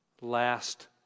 last